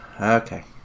okay